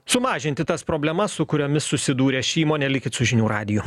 sumažinti tas problemas su kuriomis susidūrė ši įmonė likit su žinių radiju